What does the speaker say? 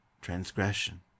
transgression